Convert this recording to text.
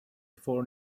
four